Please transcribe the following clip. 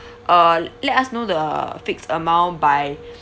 uh let us know the fixed amount by